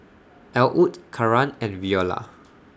Elwood Karan and Viola